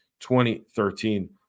2013